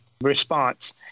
response